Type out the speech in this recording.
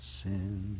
sin